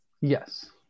Yes